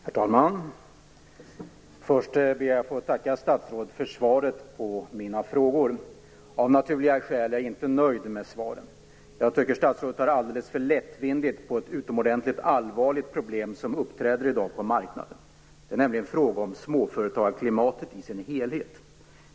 Herr talman! Först ber jag att få tacka statsrådet för svaren på mina frågor. Av naturliga skäl är jag inte nöjd med dessa. Jag tycker att statsrådet tar alldeles för lättvindigt på ett utomordentligt allvarligt problem, som uppträder på marknaden i dag. Det är nämligen fråga om småföretagarklimatet i dess helhet.